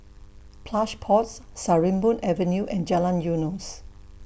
Plush Pods Sarimbun Avenue and Jalan Eunos